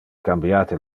cambiate